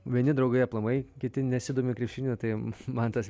vieni draugai aplamai kiti nesidomi krepšiniu tai man tas